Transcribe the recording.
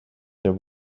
there